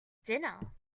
dinner